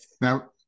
now